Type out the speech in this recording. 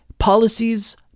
policies